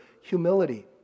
humility